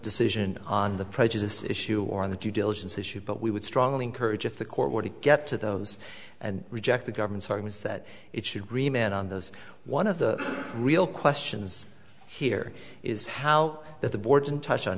decision on the prejudice issue or on the due diligence issue but we would strongly encourage if the court were to get to those and reject the government's charges that it should remain on those one of the real questions here is how that the board's in touch on